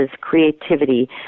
creativity